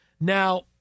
Now